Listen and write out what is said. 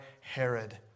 Herod